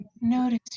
notice